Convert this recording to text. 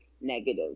negative